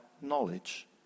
knowledge